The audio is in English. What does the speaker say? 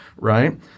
Right